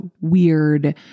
weird